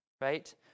right